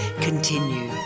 continue